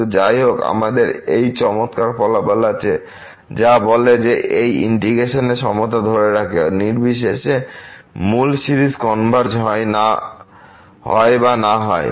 কিন্তু যাইহোক আমাদের এই চমৎকার ফলাফল আছে যা বলে যে এই ইন্টিগ্রেশনের সমতা ধরে রাখে নির্বিশেষে মূল সিরিজ কনভারজ হয় বা না হয়